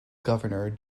governor